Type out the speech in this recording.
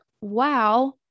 wow